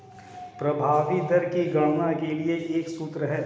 प्रभावी दर की गणना के लिए एक सूत्र है